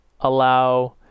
allow